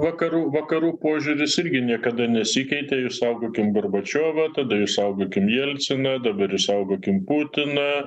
vakarų vakarų požiūris irgi niekada nesikeitė išsaugokim gorbačiovą tada išsaugokim jelciną dabar išsaugokim putiną